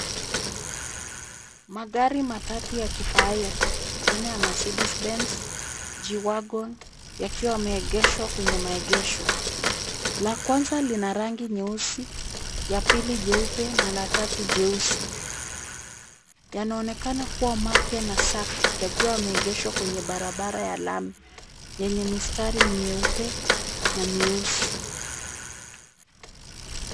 Magari matatu ya kifahari, aina ya Mercedes-Benz, G-Wagon, yakiwa yameegeshwa kwenye maegesho. La kwanza lina rangi nyeusi, ya pili jeupe na la tatu jeusi. Yanaonekana kuwa mapya na safi, yakiwa yameegeshwa kwenye barabara ya lami yenye mistari miupe na mieusi.